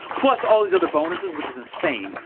plus all these other bonuses, which is insane.